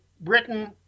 Britain